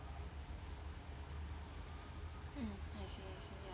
mm I see I see ya